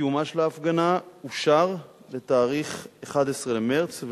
קיומה של ההפגנה אושר ל-11 במרס,